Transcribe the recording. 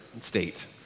state